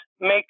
make